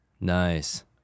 Nice